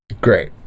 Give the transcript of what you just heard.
Great